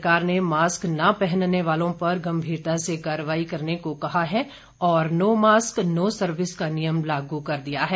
सरकार ने मास्क न पहनने वालों पर गंभीरता से कार्रवाई करने को कहा है और नो मास्क नो सर्विस का नियम लागू कर दिया है